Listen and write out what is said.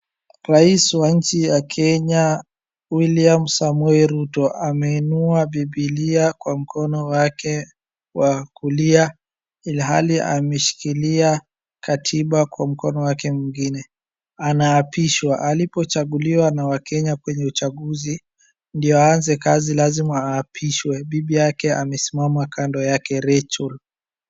Rais wa nchi ya Kenya, William Samoei Ruto, ameinua Biblia kwa mkono wake wa kulia ilhali ameshikilia katiba kwa mkono wake mwingine. Anaapishwa. Alipochaguliwa na Wakenya kwenye uchaguzi, ndio aanze kazi lazima aapishwe. Bibi yake amesimama kando yake, Rachel.